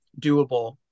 doable